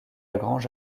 grange